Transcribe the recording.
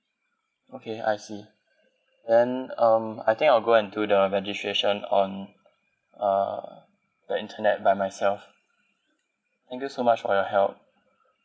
okay I see then um I think I will go and do the registration on uh the internet by myself thank you so much for your help